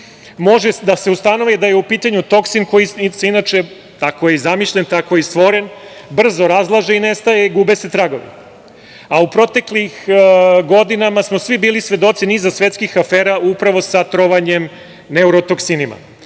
može da se ustanovi da je u pitanju toksin koji se inače, tako je i zamišljen, tako je i stvoren, brzo razlaže, nestaje i gube se tragovi. Proteklih godina smo svi bili svedoci niza svetskih afera upravo sa trovanjem neurotoksinima.